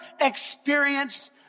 experienced